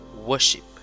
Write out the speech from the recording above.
Worship